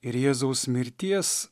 ir jėzaus mirties